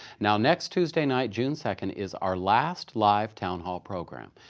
now next tuesday night, june second is our last live town hall program.